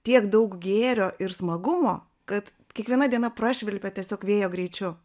tiek daug gėrio ir smagumo kad kiekviena diena prašvilpia tiesiog vėjo greičiu